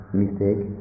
mistake